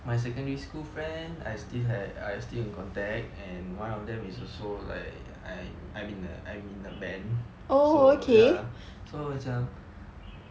my secondary school friend I still ha~ I still in contact and one of them is also like I'm I'm in a I'm in a band so ya so macam